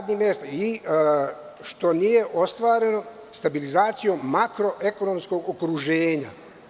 Dalje se kaže – što nije ostvareno stabilizacijom makroekonomskog okruženja.